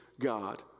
God